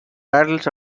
waddles